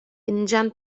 injan